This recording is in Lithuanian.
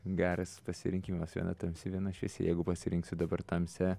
geras pasirinkimas viena tamsi viena šviesi jeigu pasirinksi dabar tamsią